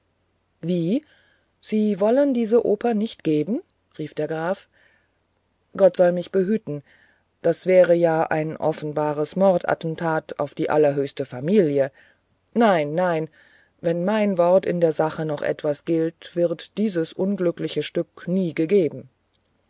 wie sie wollen diese oper nicht geben rief der graf gott soll mich behüten das wäre ja ein offenbares mordattentat auf die allerhöchste familie nein nein wenn mein wort in der sache noch etwas gilt wird dieses unglückliche stück nie gegeben